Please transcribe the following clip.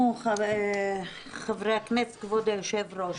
חברי הכנסת, כבוד היושב-ראש,